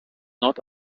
not